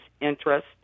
interest